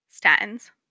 statins